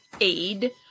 aid